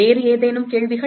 வேறு ஏதேனும் கேள்விகள்